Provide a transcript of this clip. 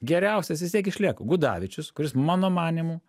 geriausias vis tiek išlieka gudavičius kuris mano manymu